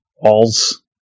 Walls